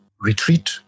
retreat